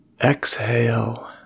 Exhale